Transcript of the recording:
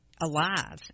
alive